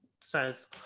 says